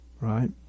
right